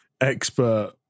expert